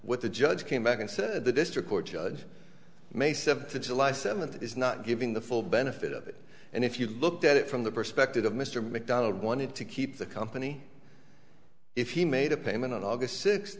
what the judge came back and said the district court judge may seventh to july seventh is not giving the full benefit of it and if you looked at it from the perspective of mr mcdonald wanted to keep the company if he made a payment on august six